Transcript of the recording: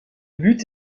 but